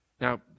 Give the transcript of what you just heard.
Now